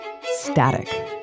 static